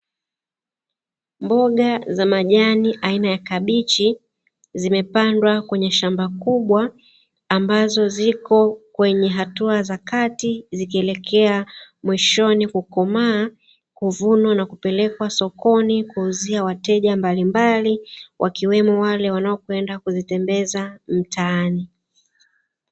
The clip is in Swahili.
Mboga za majani aina ya kabichi zimepandwa kwenye shamba kubwa ambazo ziko kwenye hatua za kati, zikielekea mwishoni kukomaa kuvunwa na kupelekwa sokoni kuuzia wateja mbalimbali wakiwemo wale wanaopenda kuzitembeza mtaani.